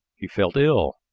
he felt ill.